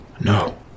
No